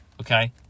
okay